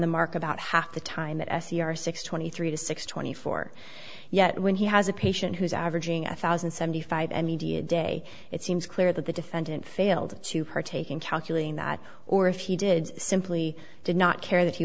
the mark about half the time that s e r six twenty three to six twenty four yet when he has a patient who's averaging a thousand and seventy five and media day it seems clear that the defendant failed to partake in calculating that or if he did simply did not care that he